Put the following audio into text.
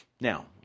Now